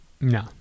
no